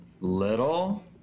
Little